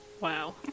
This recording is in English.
wow